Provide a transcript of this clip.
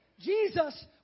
Jesus